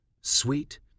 Sweet